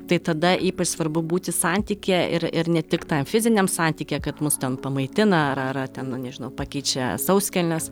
tai tada ypač svarbu būti santykyje ir ir ne tik tam fiziniam santykyje kad mus ten pamaitina ar ar ten nu nežinau pakeičia sauskelnes